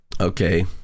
Okay